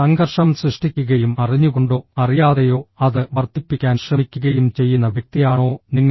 സംഘർഷം സൃഷ്ടിക്കുകയും അറിഞ്ഞുകൊണ്ടോ അറിയാതെയോ അത് വർദ്ധിപ്പിക്കാൻ ശ്രമിക്കുകയും ചെയ്യുന്ന വ്യക്തിയാണോ നിങ്ങൾ